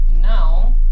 now